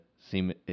seem